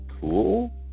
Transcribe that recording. cool